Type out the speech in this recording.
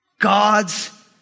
God's